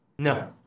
No